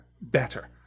better